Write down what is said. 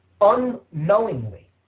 unknowingly